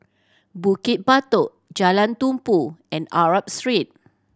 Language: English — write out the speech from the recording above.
Bukit Batok Jalan Tumpu and Arab Street